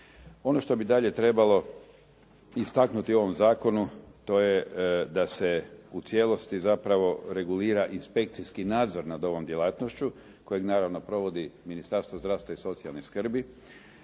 Ono što bi dalje trebalo istaknuti u ovom zakonu to je da se u cijelosti zapravo regulira inspekcijki nadzor nad ovom djelatnošću kojeg naravno provodi Ministarstvo zdravstva i socijalne skrbi,